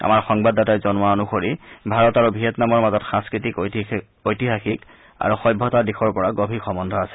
আমাৰ সংবাদদাতাই জনোৱা অনুসৰি ভাৰত আৰু ভিয়েটনামৰ মাজত সাংস্কৃতিক ঐতিহাসিক আৰু সভ্যতাৰ দিশৰ পৰা গভীৰ সম্বন্ধ আছে